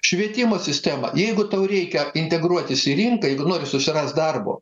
švietimo sistema jeigu tau reikia integruotis į rinką jeigu nori susirast darbo